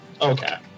okay